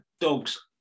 dogs